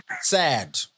Sad